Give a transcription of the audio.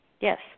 Yes